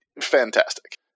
fantastic